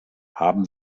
haben